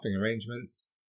arrangements